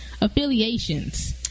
affiliations